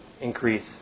increase